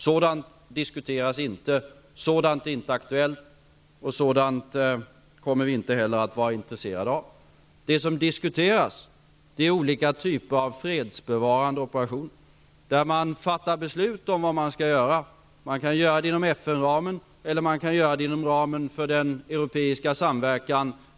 Sådant diskuteras inte, såant är inte aktuellt och sådant kommer vi inte heller att vara intresserade av. Däremot diskuterar man olika typer av fredsbevarande operationer, där man fattar beslut om vad man skall göra. Man kan göra det inom FN:s ram eller inom ramen för den europeiska samverkan.